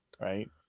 right